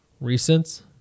recent